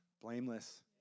blameless